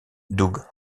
doug